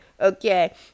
okay